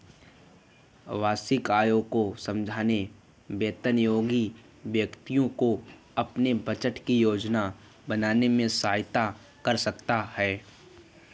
वार्षिक आय को समझना वेतनभोगी व्यक्तियों को अपने बजट की योजना बनाने में सहायता कर सकता है